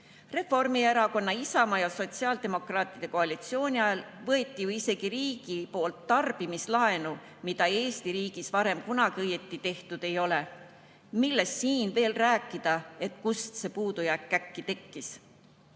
Reformierakonna, Isamaa ja sotsiaaldemokraatide koalitsiooni ajal võttis isegi riik tarbimislaenu, mida Eesti riigis varem kunagi õieti tehtud ei ole. Milleks siin veel rääkida, et kust see puudujääk äkki tekkis?